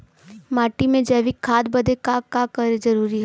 माटी में जैविक खाद बदे का का जरूरी ह?